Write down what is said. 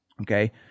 Okay